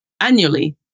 annually